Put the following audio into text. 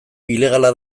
ilegala